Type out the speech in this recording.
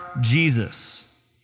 Jesus